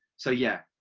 so, yes,